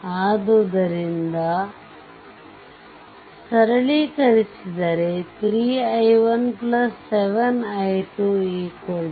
ಆದ್ದರಿಂದ ಸರಳೀಕರಿಸಿದರೆ 3i1 7 i2 10